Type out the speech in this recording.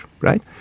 right